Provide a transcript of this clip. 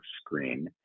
screen